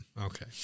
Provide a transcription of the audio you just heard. Okay